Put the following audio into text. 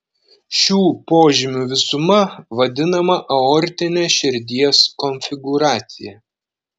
šių požymių visuma vadinama aortine širdies konfigūracija